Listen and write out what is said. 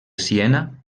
siena